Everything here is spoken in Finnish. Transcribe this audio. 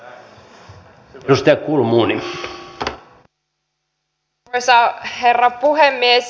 arvoisa herra puhemies